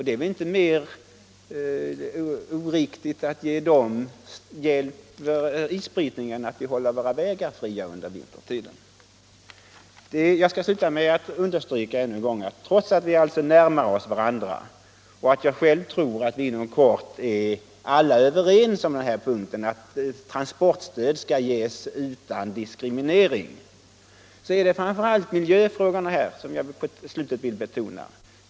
Det är inte mer oriktigt att ge dem hjälp med isbrytningen än att vi håller våra vägar framkomliga vintertid. Trots att vi närmar oss varandra — själv tror jag att vi alla inom kort kommer att vara överens om att transportstöd skall ges utan diskriminering — vill jag sluta med att än en gång understryka att det är miljöaspekterna som jag vill betona.